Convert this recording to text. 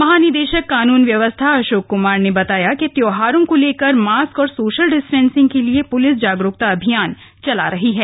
महानिदेशक कानून व्यवस्था अशोक कुमार ने बताया कि त्योहारों को लेकर मास्क और सोशल डिस्टेंसिंग के लिए प्लिस जागरूकता अभियान चला रही है